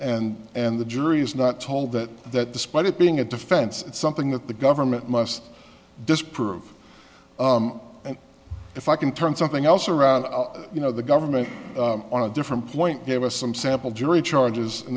and and the jury is not told that that despite it being a defense it's something that the government must disprove and if i can turn something else around you know the government on a different point gave us some sample jury charges in